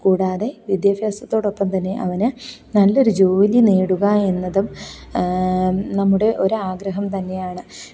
കൂടാതെ വിദ്യാഭ്യാസത്തോടൊപ്പം തന്നെ അവന് നല്ലൊരു ജോലി നേടുക എന്നതും നമ്മുടെ ഒരാഗ്രഹം തന്നെയാണ്